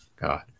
God